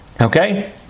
Okay